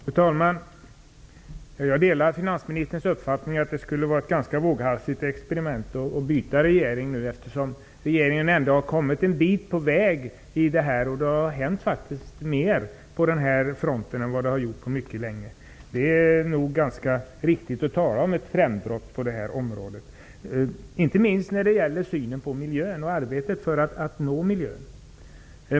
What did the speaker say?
Fru talman! Jag delar finansministerns uppfattning att det skulle vara ett ganska våghalsigt experiment att nu byta regering, eftersom regeringen ändå har kommit en bit på väg i detta arbete och det faktiskt nu har hänt mer på den här fronten än vad det har gjort på mycket länge. Det är nog ganska riktigt att tala om ett trendbrott på det här området. Detta gäller inte minst i fråga om synen på miljön och arbetet för att förbättra miljön.